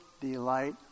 delight